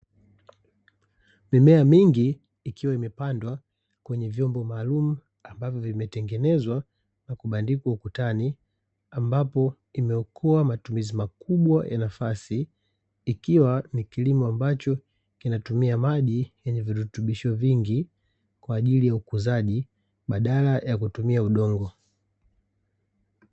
Mimea mingi ikiwa imepandwa kwenye vyombo maalumu ambavyo vimetengenezwa na kubandikwa ukutani, ambapo imeokoa matumizi makubwa ya nafasi. Ikiwa ni kilimo ambacho kinatumia maji yenye virutubisho vingi kwa ajili ya ukuzaji badala ya kutumia udongo.